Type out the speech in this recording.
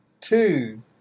Two